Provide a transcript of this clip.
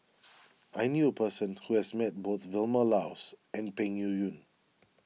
I knew a person who has met both Vilma Laus and Peng Yuyun